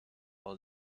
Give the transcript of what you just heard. all